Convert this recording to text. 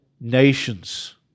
nations